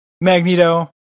Magneto